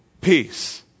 peace